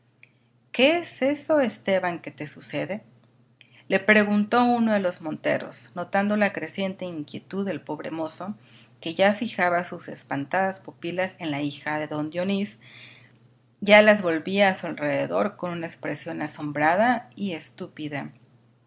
qué es eso esteban qué te sucede le preguntó uno de los monteros notando la creciente inquietud del pobre mozo que ya fijaba sus espantadas pupilas en la hija de don dionís ya las volvía a su alrededor con una expresión asombrada y estúpida